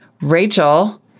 Rachel